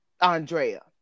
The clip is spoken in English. Andrea